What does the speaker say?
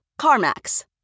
CarMax